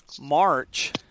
March